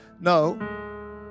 No